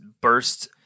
burst